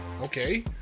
Okay